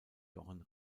jochen